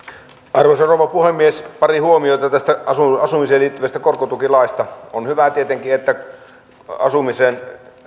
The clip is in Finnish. arvoisa rouva puhemies pari huomiota tästä asumiseen liittyvästä korkotukilaista on hyvä tietenkin että asumisen